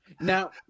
Now